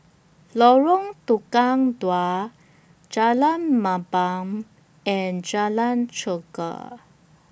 Lorong Tukang Dua Jalan Mamam and Jalan Chegar